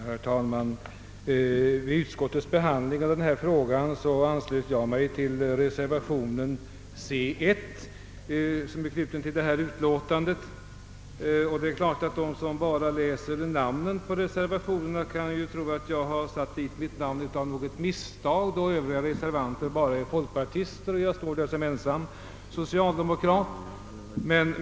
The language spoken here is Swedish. Herr talman! Vid utskottets behandling av denna fråga anslöt jag mig till reservationen c1, och det är klart att de som bara läser namnen under reservationerna kan tro att jag satt dit mitt namn av misstag eftersom de övriga reservanterna är folkpartister och jag alltså står där som ensam socialdemokrat.